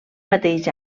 mateix